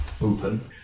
open